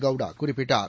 கவுடா குறிப்பிட்டார்